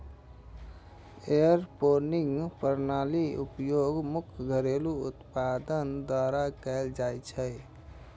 aeroponic प्रणालीक उपयोग मुख्यतः घरेलू उत्पादक द्वारा कैल जाइ छै